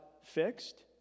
fixed